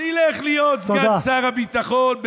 שילך להיות סגן שר הביטחון, תודה.